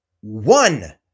one